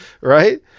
right